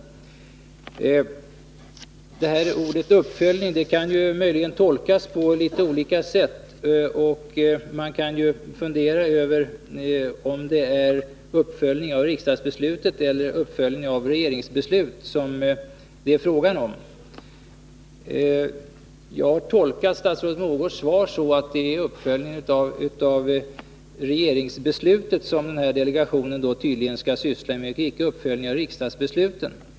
Ordet uppföljning kan möjligen tolkas på litet olika sätt, och man kan fundera över om det är uppföljning av riksdagens beslut eller uppföljning av regeringens beslut som det är fråga om. Det är tydligen uppföljning av regeringsbesluten som delegationen skall syssla med, inte uppföljning av riksdagsbesluten.